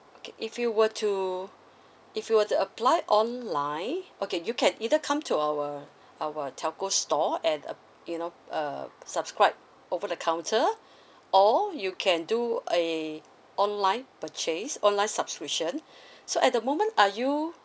okay if you were to if you were to apply online okay you can either come to our our telco store at uh you know uh subscribe over the counter or you can do a online purchase online subscription so at the moment are you